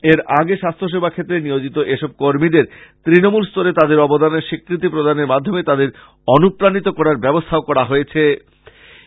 এর মাধ্যমে স্বাস্থ্যসেবা ক্ষেত্রে নিয়োজিত এসব কর্মীদের তৃণমূলস্তরে তাদের অবদানের স্বীকৃতি প্রদানের মাধ্যমে তাদের অনুপ্রাণিত করার ব্যবস্থা করা হয়েছে